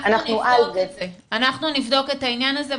אנחנו נבדוק את זה,